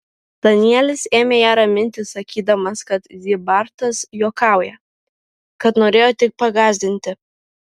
danielis ėmė ją raminti sakydamas kad zybartas juokauja kad norėjo tik pagąsdinti